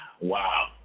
wow